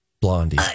Blondie